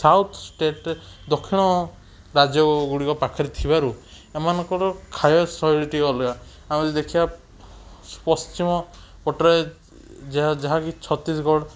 south ଷ୍ଟେଟରେ ଦକ୍ଷିଣ ରାଜ୍ୟ ଗୁଡ଼ିକ ପାଖରେ ଥିବାରୁ ଏମାନଙ୍କର ଖାଇବା ଶୈଳୀ ଟିକିଏ ଅଲଗା ଆଉ ଯଦି ଦେଖିବା ପଶ୍ଚିମପଟରେ ଯାହାକି ଛତିଶଗଡ଼